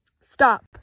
Stop